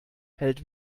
hält